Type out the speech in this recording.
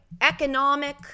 economic